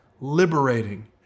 liberating